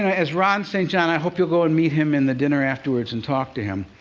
as ron st. john i hope you'll go and meet him in the dinner afterwards and talk to him.